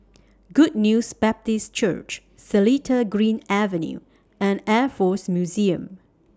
Good News Baptist Church Seletar Green Avenue and Air Force Museum